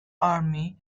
army